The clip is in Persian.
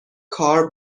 کار